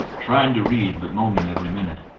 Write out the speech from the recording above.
trying to read, but moaning every minute.